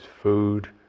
food